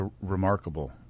remarkable